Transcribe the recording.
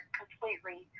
completely